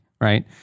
right